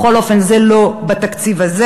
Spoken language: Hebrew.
בכל אופן, זה לא בתקציב הזה.